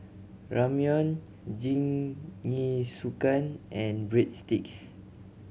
Ramyeon Jingisukan and Breadsticks